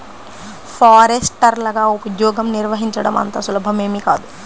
ఫారెస్టర్లగా ఉద్యోగం నిర్వహించడం అంత సులభమేమీ కాదు